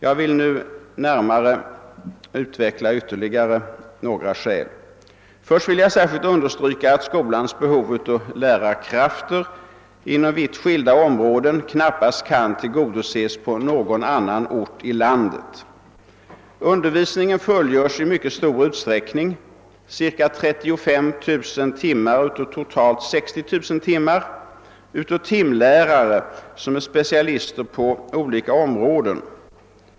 Jag vill nu närmare utveckla ytterligare några skäl. Först vill jag särskilt understryka att skolans behov av lärarkrafter inom vitt skilda områden knappast kan tillgodoses på någon annan ort i landet. Undervisningen fullgörs i mycket stor utsträckning — ca 35 000 timmar av totalt ca 60 000 timmar — av timlärare som är specialister på olika områden.